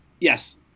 Yes